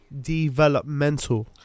Developmental